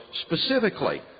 specifically